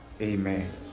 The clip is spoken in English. Amen